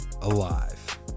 alive